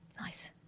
Nice